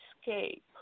escape